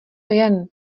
jen